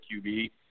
QB